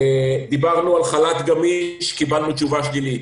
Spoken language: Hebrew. דיברנו על חל"ת גמיש קיבלנו תשובה שלילית,